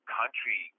country